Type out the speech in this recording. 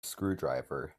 screwdriver